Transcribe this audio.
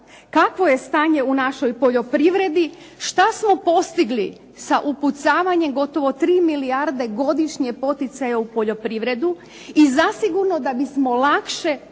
kakvo je stanje u našoj poljoprivredi, šta smo postigli da upucavanjem gotovo tri milijarde godišnje poticaja u poljoprivredu i zasigurno da bismo lakše